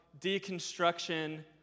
deconstruction